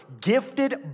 gifted